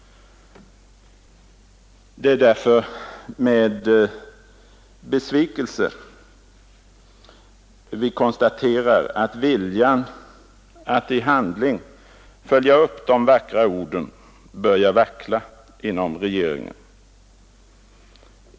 Det är därför med besvikelse vi konstaterar, att viljan att i handling följa upp de vackra orden börjar vackla inom regeringen.